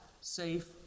safe